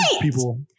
people